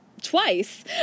Twice